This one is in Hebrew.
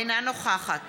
אינה נוכחת